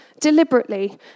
deliberately